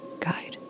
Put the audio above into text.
Guide